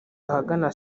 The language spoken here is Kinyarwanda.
ahagana